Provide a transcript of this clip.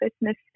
business